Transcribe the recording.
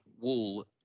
wool